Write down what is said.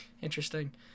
Interesting